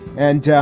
and.